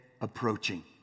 approaching